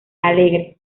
alegre